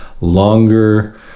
longer